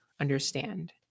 understand